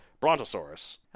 Brontosaurus